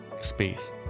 space